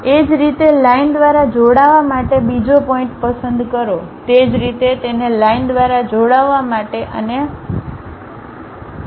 એ જ રીતે લાઈન દ્વારા જોડાવા માટે બીજો પોઇન્ટ પસંદ કરો તે જ રીતે તેને લાઈન દ્વારા જોડાવવા માટે અને બીજો પોઇન્ટ પસંદ કરો